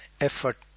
effort